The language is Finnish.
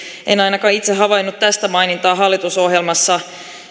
en ainakaan itse havainnut tästä mainintaa hallitusohjelmassa